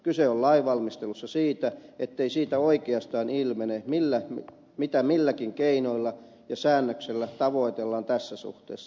kyse on lain valmistelussa siitä ettei siitä oikeastaan ilmene mitä milläkin keinoilla ja säännöksillä tavoitellaan tässä suhteessa